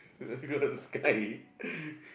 sky